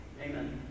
Amen